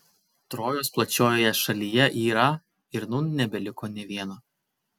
trojos plačiojoje šalyje yra ir nūn nebeliko nė vieno